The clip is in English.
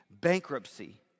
bankruptcy